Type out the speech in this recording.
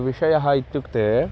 विषयः इत्युक्ते